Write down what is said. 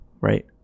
right